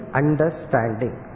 understanding